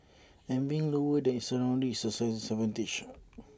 and being lower than its surroundings is A disadvantage